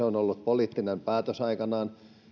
on ollut poliittinen päätös aikanaan